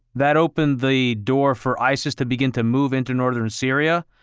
that opened the door for isis to begin to move into northern syria?